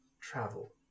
travel